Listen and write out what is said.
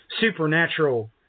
supernatural